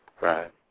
Right